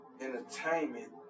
entertainment